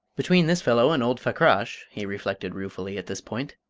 between this fellow and old fakrash, he reflected ruefully, at this point,